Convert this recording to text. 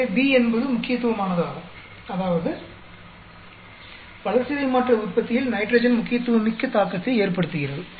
எனவே B என்பது முக்கியத்துவமானதாகும் அதாவது வளர்சிதை மாற்ற உற்பத்தியில் நைட்ரஜன் முக்கியத்துவமிக்க தாக்கத்தை ஏற்படுத்துகிறது